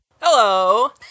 Hello